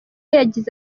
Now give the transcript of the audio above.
yagize